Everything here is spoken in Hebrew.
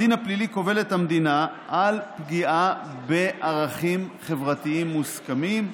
בדין הפלילי קובלת המדינה על פגיעה בערכים חברתיים מוסכמים,